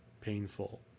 painful